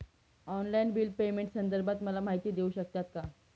Online bill पेमेंटसंदर्भात मला माहिती देऊ शकतात का?